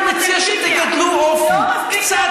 אני מציע שתגדלו אופי.